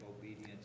obedience